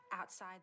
outside